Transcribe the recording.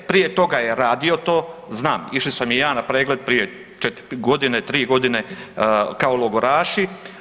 Prije toga je radio to, znam išao sam i ja na pregled prije četiri godine, tri godine kao logoraši.